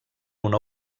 una